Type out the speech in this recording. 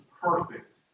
perfect